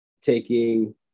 taking